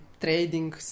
trading